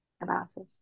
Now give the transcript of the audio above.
analysis